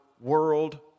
world